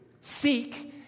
Seek